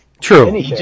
True